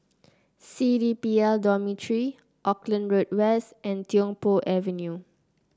C D P L Dormitory Auckland Road West and Tiong Poh Avenue